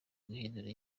guhindura